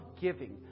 giving